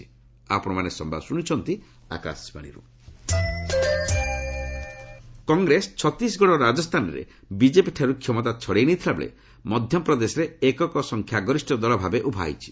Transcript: assembly polls Congress Chhattisgarh ଓ ରାଜସ୍ଥାନରେ ବିଜେପିଠାରୁ କ୍ଷମତା ଛଡାଇ ନେଇଥିଲାବେଳେ ମଧ୍ୟପ୍ରଦେଶରେ ଏକକ ସଂଖ୍ୟାଗରିଷ୍ଠ ଦଳ ଭାବେ ଉଭା ହୋଇଛି